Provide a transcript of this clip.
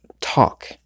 talk